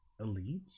elites